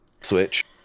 Switch